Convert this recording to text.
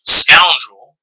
scoundrel